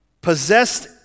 possessed